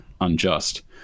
unjust